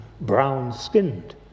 brown-skinned